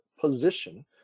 position